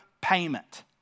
payment